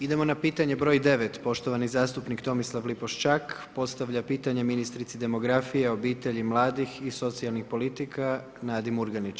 Idemo na pitanje broj 9. Poštovani zastupnik Tomislav Lipoščak postavlja pitanje ministrici demografije, obitelji, mladih i socijalne politika Nadi Murganić.